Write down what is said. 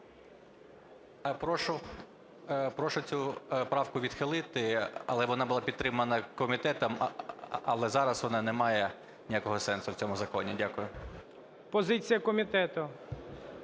Прошу цю правку відхилити, але вона була підтримана комітетом. Але зараз вона не має ніякого сенсу в цьому законі. Дякую. ГОЛОВУЮЧИЙ. Позиція комітету.